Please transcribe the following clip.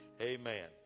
amen